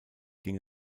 ging